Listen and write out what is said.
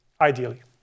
Ideally